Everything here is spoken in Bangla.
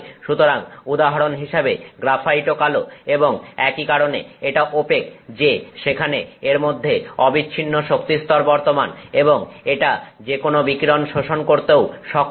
সুতরাং উদাহরণ হিসেবে গ্রাফাইটও কালো এবং একই কারণে এটা ওপেক যে সেখানে এর মধ্যে অবিচ্ছিন্ন শক্তিস্তর বর্তমান এবং এটা যেকোনো বিকিরণ শোষণ করতেও সক্ষম